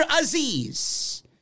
Aziz